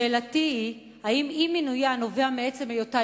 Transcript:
שאלתי היא אם אי-מינויה נובע מעצם היותה